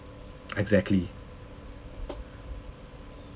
exactly